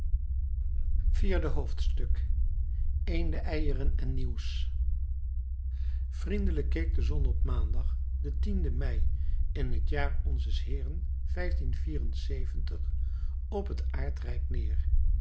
vierde hoofdstuk eendeneieren en nieuws vriendelijk keek de zon op maandag den tienden mei in het jaar onzes heeren op het aardrijk neer